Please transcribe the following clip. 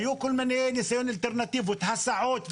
היו כל מיני אלטרנטיבות, הסעות וכדומה,